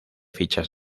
fichas